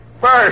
first